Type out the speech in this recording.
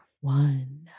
One